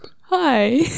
Hi